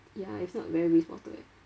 ya if not very waste water eh